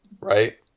Right